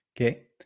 Okay